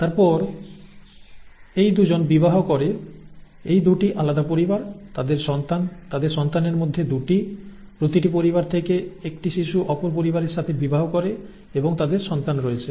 তারপর এই 2 জন বিবাহ করে এই 2 টি আলাদা পরিবার তাদের সন্তান তাদের সন্তানের মধ্যে 2 টি প্রতিটি পরিবার থেকে একটি শিশু অপর পরিবারের সাথে বিবাহ করে এবং তাদের সন্তান রয়েছে